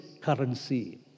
currency